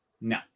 No